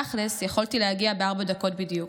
תכלס יכולתי להגיע בארבע דקות בדיוק,